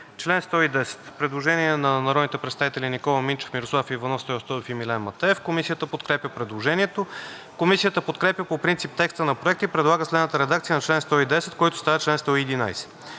чл. 110 има предложение на народните представители Никола Минчев, Мирослав Иванов, Стою Стоев и Милен Матеев. Комисията подкрепя предложението. Комисията подкрепя по принцип текста на Проекта и предлага следната редакция на чл. 110, който става чл. 111: